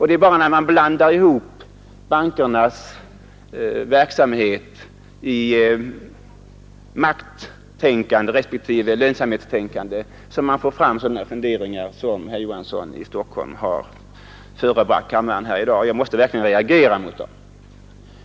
Det är bara när man blandar ihop bankernas verksamhet med makttänkande och lönsamhetstänkande som man kommer fram till sådana funderingar som herr Johansson i Stockholm har framfört inför kammaren här i dag. Jag måste verkligen reagera mot dem.